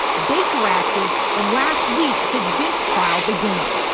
baker acted and last week his bench trial began.